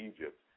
Egypt